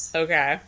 okay